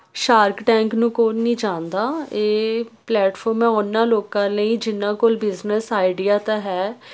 shark tank ਨੂੰ ਕੋਣ ਨਹੀਂ ਜਾਣਦਾ ਇਹ ਪਲੈਟਫਾਰਮ ਹੈ ਉਹਨਾਂ ਲੋਕਾਂ ਲਈ ਜਿਨਾਂ ਕੋਲ ਬਿਜਨਸ ਆਈਡੀਆ ਤਾਂ ਹੈ